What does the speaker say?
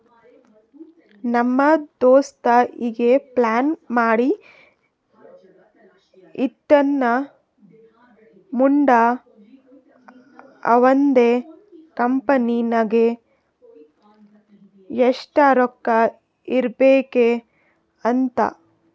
ನಮ್ ದೋಸ್ತ ಈಗೆ ಪ್ಲಾನ್ ಮಾಡಿ ಇಟ್ಟಾನ್ ಮುಂದ್ ಅವಂದ್ ಕಂಪನಿ ನಾಗ್ ಎಷ್ಟ ರೊಕ್ಕಾ ಇರ್ಬೇಕ್ ಅಂತ್